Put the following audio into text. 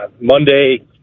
Monday